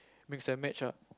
mix and match ah